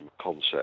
concept